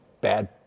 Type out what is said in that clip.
bad